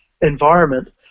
environment